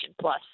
Plus